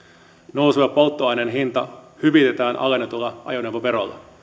nouseva polttoaineen hinta hyvitetään alennetulla ajoneuvoverolla